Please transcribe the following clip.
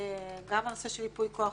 גם הנושא של ייפוי כוח